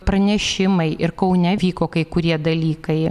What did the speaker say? pranešimai ir kaune vyko kai kurie dalykai